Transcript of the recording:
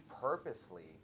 purposely